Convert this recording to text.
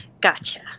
Gotcha